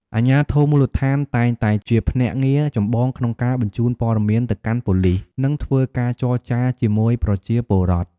អាជ្ញាធរមូលដ្ឋានតែងតែជាភ្នាក់ងារចម្បងក្នុងការបញ្ជូនព័តមានទៅកាន់ប៉ូលីស និងធ្វើការចរចាជាមួយប្រជាពលរដ្ឋ។